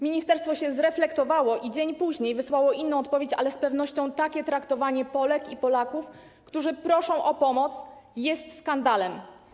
Ministerstwo się zreflektowało i dzień później wysłało inną odpowiedź, ale z pewnością takie traktowanie Polek i Polaków, którzy proszą o pomoc, jest skandalem.